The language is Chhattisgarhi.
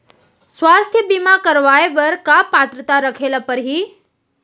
स्वास्थ्य बीमा करवाय बर का पात्रता रखे ल परही?